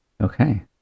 Okay